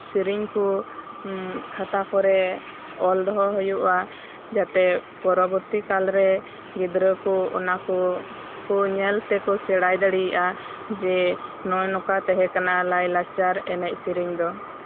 ᱥᱮᱨᱮᱧ ᱠᱚ ᱠᱷᱟᱛᱟ ᱠᱚᱨᱮ ᱚᱞ ᱫᱚᱦᱚ ᱦᱩᱭᱩᱜᱼᱟ ᱡᱟᱛᱮ ᱯᱚᱨᱚᱵᱚᱨᱛᱤ ᱠᱟᱞᱨᱮ ᱜᱤᱫᱽᱨᱟᱹ ᱠᱚ ᱚᱱᱟ ᱠᱚ ᱠᱚ ᱧᱮᱞ ᱛᱮᱠᱚ ᱥᱮᱬᱟᱭ ᱫᱟᱲᱮ ᱟ ᱡᱮ ᱱᱚᱭ ᱱᱚᱝᱠᱟ ᱛᱟᱦᱮᱸ ᱠᱟᱱᱟ ᱞᱟᱭᱞᱟᱠᱪᱟᱨ ᱮᱱᱮᱡ ᱥᱮᱨᱮᱧ ᱫᱚ